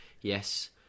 Yes